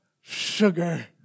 sugar